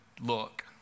Look